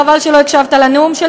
חבל שלא הקשבת לנאום שלי,